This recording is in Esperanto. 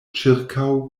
ĉirkaŭ